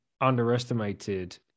underestimated